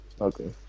Okay